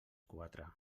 quatre